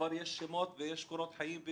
כבר יש שמות ויש קורות חיים.